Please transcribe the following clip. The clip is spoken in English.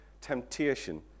temptation